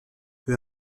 peu